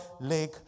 lake